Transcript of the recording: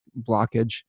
blockage